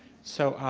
so, i'd